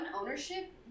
ownership